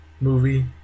movie